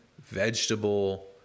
vegetable